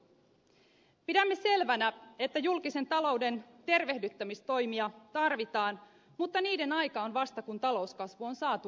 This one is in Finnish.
pidämme selvänä että julkisen talouden tervehdyttämistoimia tarvitaan mutta niiden aika on vasta kun talouskasvu on saatu vakaalle perustalle